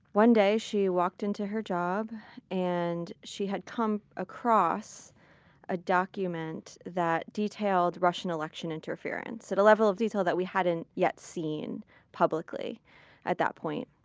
one day she walked into her job and she had come across a document that detailed russian election interference at a level of detail that we hadn't yet seen publicly at that point.